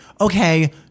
okay